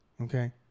Okay